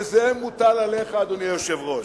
וזה מוטל עליך, אדוני היושב-ראש.